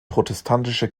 protestantische